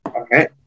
Okay